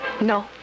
No